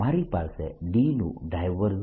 મારી પાસે D નું ડાયવર્જન્સ